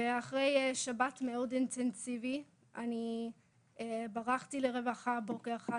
ואחרי שבת מאוד אינטנסיבית אני ברחתי למשרד הרווחה בוקר אחד,